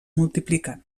multipliquen